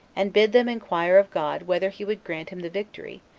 and bid them inquire of god whether he would grant him the victory,